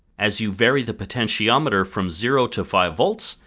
as you vary the potentiometer from zero to five volts,